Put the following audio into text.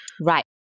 right